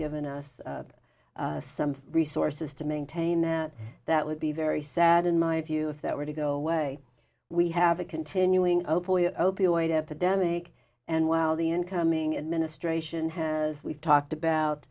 given us some resources to maintain that that would be very sad in my view if that were to go away we have a continuing opioid epidemic and while the incoming administration has we've talked about